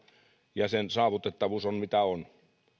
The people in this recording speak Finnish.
ja sen saavutettavuus on mitä on